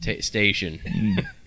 station